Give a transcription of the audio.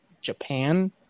Japan